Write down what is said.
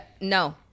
No